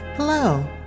Hello